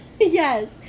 Yes